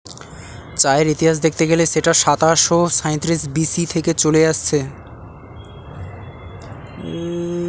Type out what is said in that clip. চায়ের ইতিহাস দেখতে গেলে সেটা সাতাশো সাঁইত্রিশ বি.সি থেকে চলে আসছে